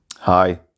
Hi